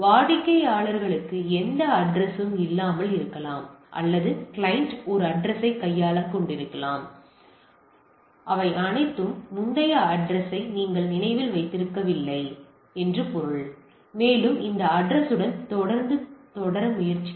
வாடிக்கையாளருக்கு எந்த அட்ரஸ் யும் இல்லாமல் இருக்கலாம் அல்லது கிளையன்ட் ஒரு அட்ரஸ் யைக் கொண்டிருக்கலாம் அவை அனைத்தும் முந்தைய அட்ரஸ் யை நீங்கள் நினைவில் வைத்திருக்கவில்லை மேலும் இந்த அட்ரஸ் யுடன் தொடர்ந்து தொடர முயற்சி செய்க